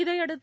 இதையடுத்து